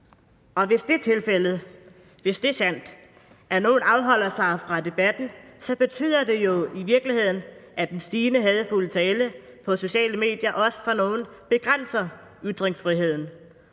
Og hvis det er tilfældet, hvis det er sandt, at nogle afholder sig fra debatten, så betyder det jo i virkeligheden, at den stigende mængde af hadefuld tale på sociale medier også for nogle begrænser ytringsfriheden;